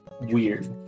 weird